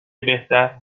بهتر